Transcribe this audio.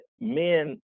men